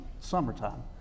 summertime